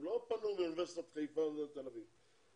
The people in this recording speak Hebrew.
הם לא פנו מאוניברסיטת חיפה או תל אביב.